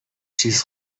چیز